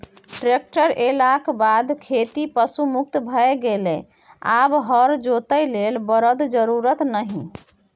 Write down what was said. tractor एलाक बाद खेती पशु मुक्त भए गेलै आब हर जोतय लेल बरद जरुरत नहि